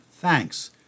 thanks